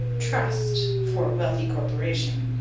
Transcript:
trust for wealthy corporation.